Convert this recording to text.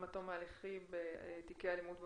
עד תום ההליכים בתיקי אלימות במשפחה,